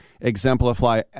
exemplify